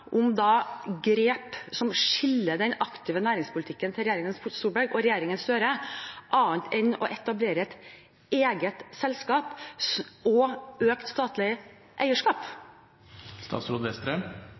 om grep som skiller den aktive næringspolitikken til regjeringen Solberg og regjeringen Støre, annet enn å etablere et eget selskap og økt statlig